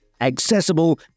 accessible